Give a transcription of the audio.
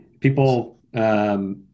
people